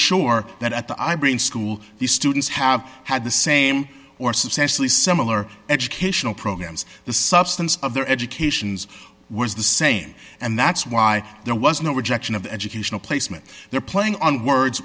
sure that at the eye brain school the students have had the same or substantially similar educational programs the substance of their educations was the same and that's why there was no rejection of educational placement there playing on words